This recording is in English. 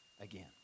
again